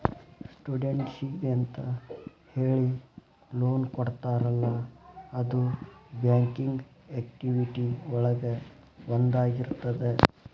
ಸ್ಟೂಡೆಂಟ್ಸಿಗೆಂತ ಹೇಳಿ ಲೋನ್ ಕೊಡ್ತಾರಲ್ಲ ಅದು ಬ್ಯಾಂಕಿಂಗ್ ಆಕ್ಟಿವಿಟಿ ಒಳಗ ಒಂದಾಗಿರ್ತದ